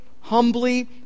humbly